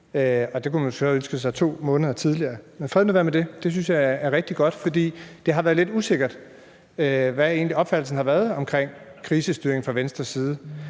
det kunne man så have ønsket sig 2 måneder tidligere, men fred nu være med det. Det synes jeg er rigtig godt, for det har været lidt usikkert, hvad opfattelsen af krisestyring egentlig har været fra Venstres side.